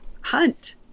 hunt